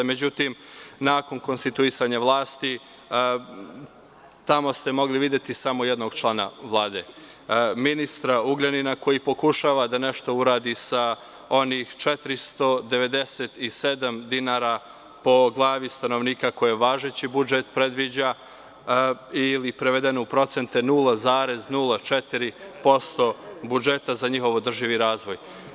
Međutim, nakon konstituisanja vlasti, tamo ste mogli videti samo jednog člana Vlade, ministra Ugljanina koji pokušava da nešto uradi sa onih 497 dinara po glavi stanovnika koje važeći budžet predviđa ili, prevedeno u procente, 0,04% budžeta za njihov održivi razvoj.